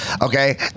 Okay